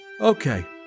Okay